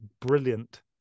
brilliant